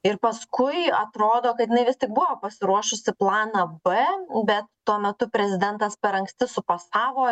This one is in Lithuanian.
ir paskui atrodo kad jinai vis tik buvo pasiruošusi planą b bet tuo metu prezidentas per anksti sufasavo